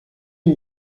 une